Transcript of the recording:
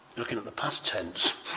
looking at the past tense